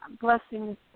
Blessings